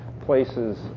places